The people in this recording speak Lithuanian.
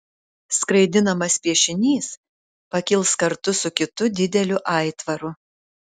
skraidinamas piešinys pakils kartu su kitu dideliu aitvaru